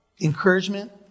encouragement